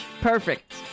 Perfect